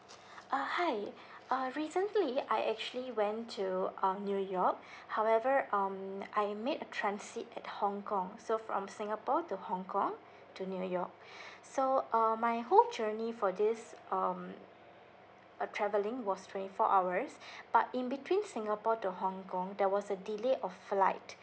uh hi uh recently I actually went to um new york however um I made a transit at hong kong so from singapore to hong kong to new york so um my whole journey for this um uh travelling was twenty four hours but in between singapore to hong kong there was a delay of flight